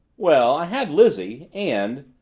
well, i had lizzie. and,